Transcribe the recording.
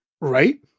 right